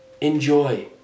enjoy